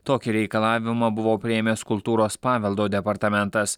tokį reikalavimą buvo priėmęs kultūros paveldo departamentas